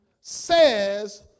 says